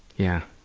yeah.